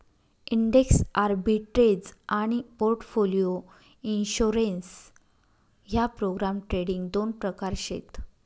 index arbitrage आनी portfolio insurance ह्या program trading दोन प्रकार शेत